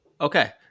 Okay